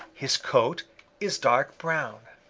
his coat is dark brown.